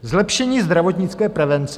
Zlepšení zdravotnické prevence.